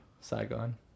saigon